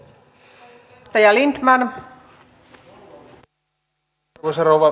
arvoisa rouva puhemies